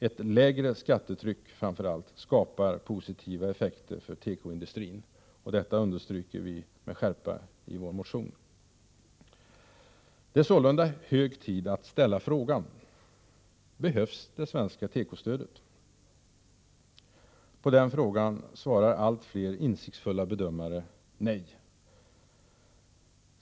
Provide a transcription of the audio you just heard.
Ett lägre skattetryck, framför allt, skapar positiva effekter för tekoindustrin. Detta understryker vi med skärpa i vår motion. Det är sålunda hög tid att ställa frågan: Behövs det svenska tekostödet? På den frågan svarar allt fler insiktsfulla bedömare: Nej!